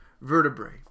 vertebrae